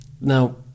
Now